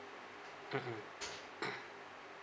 mmhmm